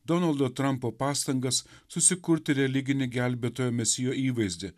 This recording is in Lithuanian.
donaldo trampo pastangas susikurti religinį gelbėtojo mesijo įvaizdį